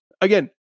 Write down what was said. Again